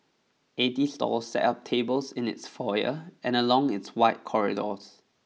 eighty stalls set up tables in its foyer and along its wide corridors